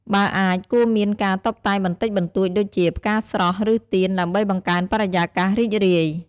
បើអាច គួរមានការតុបតែងបន្តិចបន្តួចដូចជា ផ្កាស្រស់ ឬទៀន ដើម្បីបង្កើនបរិយាកាសរីករាយ។